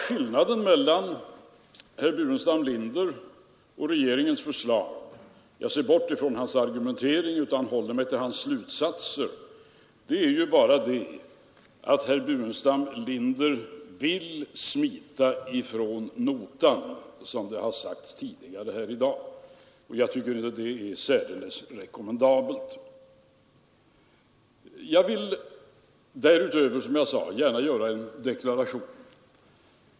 Skillnaden mellan herr Burenstam Linders ståndpunkt och regeringens förslag — jag ser bort från hans argumentering och håller mig till hans slutsatser — är bara att herr Burenstam Linder vill smita ifrån notan — det har sagts här tidigare i dag. Jag tycker inte att det är särdeles rekommendabelt. Jag vill därutöver som jag sade gärna göra en deklaration.